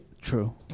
True